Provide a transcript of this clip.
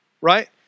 right